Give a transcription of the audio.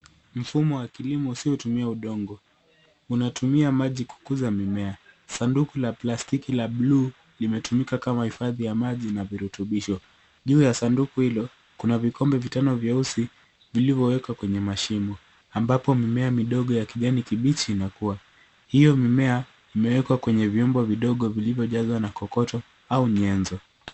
Mfumo wa kilimo usiotumia udongo, unatumia maji kukuza mimea. Sanduku la plastiki la bluu limetumika kama hifadhi ya maji na virutubisho. Juu ya sanduku hilo, kuna vikombe vitano vyeusi vilivyowekwa kwenye mashimo ambapo mimea midogo ya kijani kibichi inakuwa. Hiyo mimea imewekwa kwenye vyombo vidogo vilivyojazwa na kokoto au nyenzo.